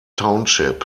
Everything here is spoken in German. township